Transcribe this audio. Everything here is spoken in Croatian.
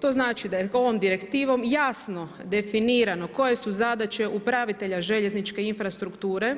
To znači da je ovom Direktivom jasno definirano koje su zadaće upravitelja željezničke infrastrukture,